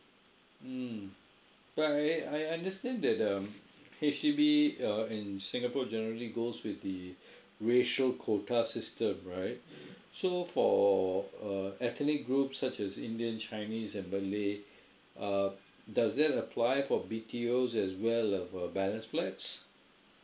mm but I I understand that um H_D_B uh in singapore generally goes with the racial quota system right so for uh ethnic group such as indian chinese and malay uh does that apply for B_T_Os as well as uh balance flats